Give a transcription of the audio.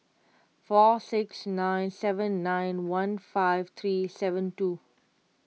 four six nine seven nine one five three seven two